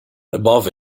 above